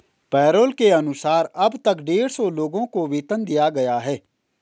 payroll के अनुसार अब तक डेढ़ सौ लोगों को वेतन दिया गया है